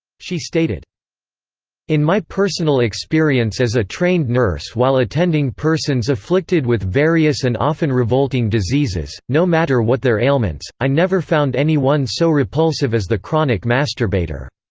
she stated in my personal experience as a trained nurse while attending persons afflicted with various and often revolting diseases, no matter what their ailments, i never found any one so repulsive as the chronic masturbator.